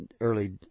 early